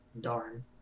darn